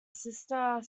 sister